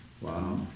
Wow